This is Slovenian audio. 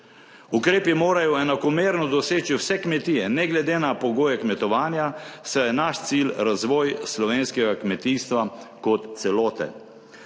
Ukrepi morajo enakomerno doseči vse kmetije ne glede na pogoje kmetovanja, saj je naš cilj razvoj slovenskega kmetijstva kot celote.